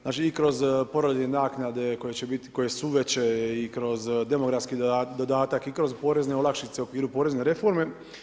Znači i kroz porodiljne naknade koje su veće i kroz demografski dodatak i kroz porezne olakšice u okviru porezne reforme.